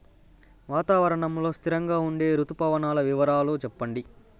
వాతావరణం లో స్థిరంగా ఉండే రుతు పవనాల వివరాలు చెప్పండి?